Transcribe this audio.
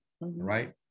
Right